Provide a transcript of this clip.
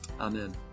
Amen